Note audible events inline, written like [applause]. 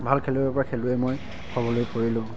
[unintelligible]